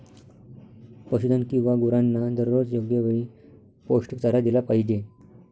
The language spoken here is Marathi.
पशुधन किंवा गुरांना दररोज योग्य वेळी पौष्टिक चारा दिला पाहिजे